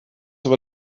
über